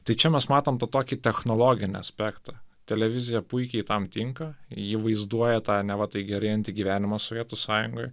tai čia mes matom tą tokį technologinį aspektą televizija puikiai tam tinka ji vaizduoja tą neva tai gerėjantį gyvenimą sovietų sąjungoj